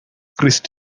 grist